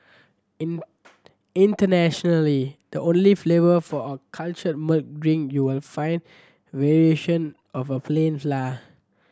in internationally the only flavour for a cultured milk drink you will find variation of a plain fly